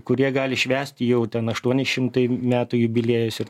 kurie gali švęsti jau ten aštuoni šimtai metų jubiliejus ir